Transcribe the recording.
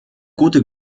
gute